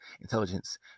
intelligence